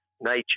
nature